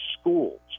schools